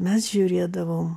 mes žiūrėdavom